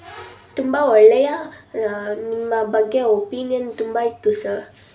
ತುಂಬ ಒಳ್ಳೆಯ ನಿಮ್ಮ ಬಗ್ಗೆ ಒಪೀನಿಯನ್ ತುಂಬ ಇತ್ತು ಸರ್